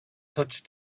touched